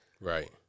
Right